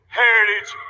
heritage